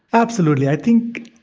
absolutely. i think,